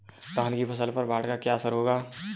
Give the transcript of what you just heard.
धान की फसल पर बाढ़ का क्या असर होगा?